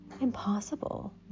impossible